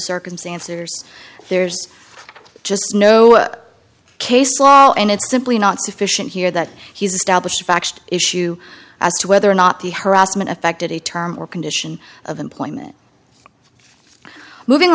circumstance there's there's just no case law and it's simply not sufficient here that he's established fact issue as to whether or not the harassment affected a term or condition of employment moving